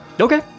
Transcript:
Okay